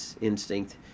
instinct